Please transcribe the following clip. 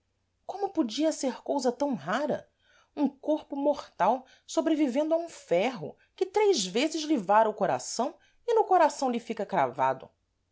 como podia ser cousa tam rara um corpo mortal sobrevivendo a um ferro que três vezes lhe vara o coração e no coração lhe fica cravado